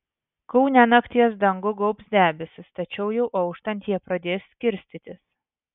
kaune nakties dangų gaubs debesys tačiau jau auštant jie pradės skirstytis